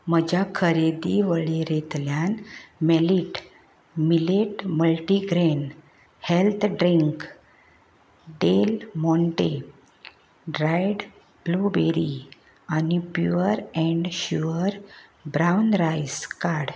म्हज्या खरेदी वळेरेंतल्यान millet multigrain health drink Del Monte dried blueberry आनी pure and sure brown rice काड